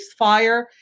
ceasefire